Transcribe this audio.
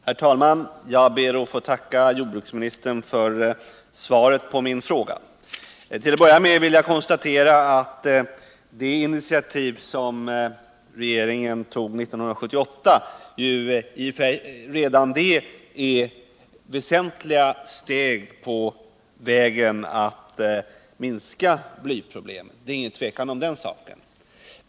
Herr talman! Jag ber att få tacka jordbruksministern för svaret på min fråga. Till att börja med vill jag konstatera att redan det initiativ som regeringen tog 1978 är ett väsentligt steg på vägen mot att minska blyproblemet. Det är inget tvivel om den saken.